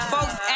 Folks